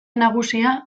nagusia